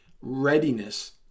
readiness